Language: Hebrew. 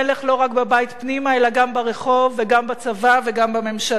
לא רק בבית פנימה אלא גם ברחוב וגם בצבא וגם בממשלה.